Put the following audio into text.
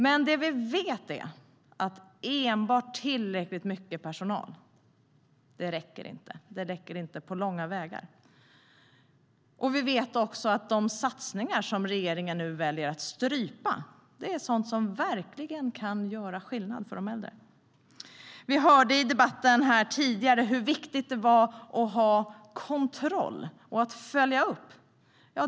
Men det vi vet är att enbart tillräckligt mycket personal inte räcker på långa vägar. Vi vet också att de satsningar som regeringen väljer att strypa är sådant som verkligen kan göra skillnad för de äldre. Vi hörde i den tidigare debatten hur viktigt det är att ha kontroll och att följa upp.